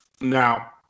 Now